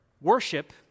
Worship